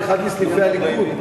באחד מסניפי הליכוד,